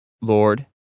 Lord